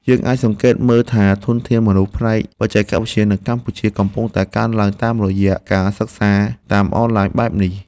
យើងអាចសង្កេតឃើញថាធនធានមនុស្សផ្នែកបច្ចេកវិទ្យានៅកម្ពុជាកំពុងតែកើនឡើងតាមរយៈការសិក្សាតាមអនឡាញបែបនេះ។